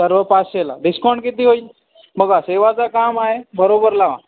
सर्व पाचशेला डिस्काउंट किती होईल बघा सेवाचं काम आहे बरोबर लावा